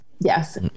yes